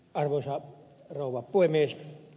arvoisa rouva puhemies